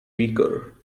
weaker